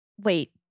wait